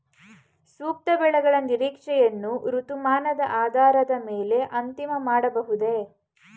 ಸೂಕ್ತ ಬೆಳೆಗಳ ನಿರೀಕ್ಷೆಯನ್ನು ಋತುಮಾನದ ಆಧಾರದ ಮೇಲೆ ಅಂತಿಮ ಮಾಡಬಹುದೇ?